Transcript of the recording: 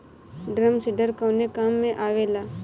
Drum seeder कवने काम में आवेला?